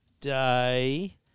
Day